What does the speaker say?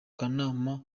kanama